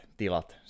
tilat